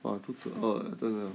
哇肚子饿真的